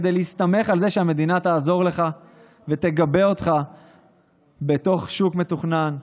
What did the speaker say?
כדי להסתמך על זה שהמדינה תעזור לך ותגבה אותך בתוך שוק מתוכנן?